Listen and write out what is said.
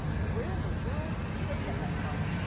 where in the world did they get that from,